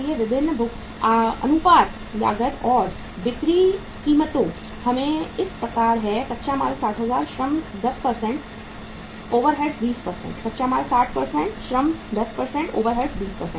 विभिन्न अनुपात लागत और बिक्री कीमतों हमें इस प्रकार हैं कच्चा माल 60 श्रम 10 ओवरहेड्स 20 हैं